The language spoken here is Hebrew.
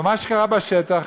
אבל מה שקרה בשטח,